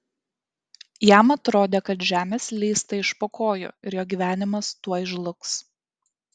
jam atrodė kad žemė slysta iš po kojų ir jo gyvenimas tuoj žlugs